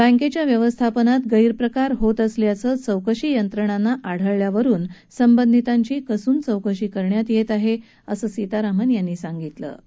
बँकेच्या व्यवस्थापनात गैरप्रकार होत असल्याचं चौकशी यंत्रणांना आढळल्यावरुन संबंधितांची कसून चौकशी करण्यात येत आहे असं त्यांनी सांगितलीं